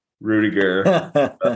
Rudiger